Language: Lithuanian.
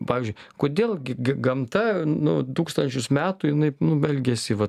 pavyzdžiui kodėl gi gi gamta nu tūkstančius metų jinai nu elgiasi va